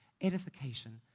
edification